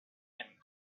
and